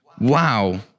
Wow